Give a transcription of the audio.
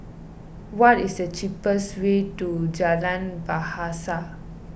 what is the cheapest way to Jalan Bahasa